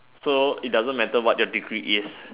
so it doesn't matter what your degree is